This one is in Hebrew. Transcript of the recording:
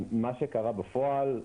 מה שקרה בפועל,